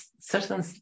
certain